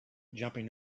jumping